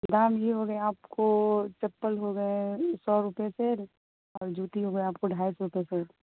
فی الحال یہ ہو گیے آپ کو چپل ہو گیے سو روپئے سیٹ اور جوتی ہوگیے آپ کو ڈھائی سو روپئے سیٹ